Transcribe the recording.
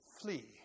flee